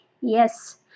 yes